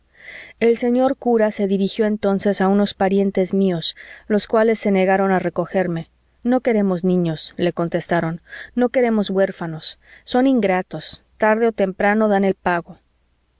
el señor cura se dirigió entonces a unos parientes míos los cuales se negaron a recogerme no queremos niños le contestaron no queremos huérfanos son ingratos tarde o temprano dan el pago